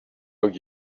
hug